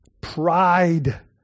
Pride